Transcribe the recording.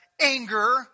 anger